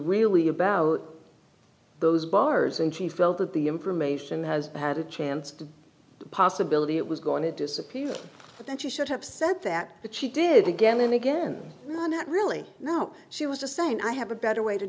really about those bars and she felt that the information has had a chance the possibility it was going to disappear but then she should have said that but she did again and again no not really no she was just saying i have a better way to